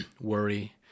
worry